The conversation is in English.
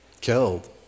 Killed